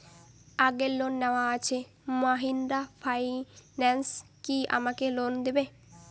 আগের লোন নেওয়া আছে মাহিন্দ্রা ফাইন্যান্স কি আমাকে লোন দেবে?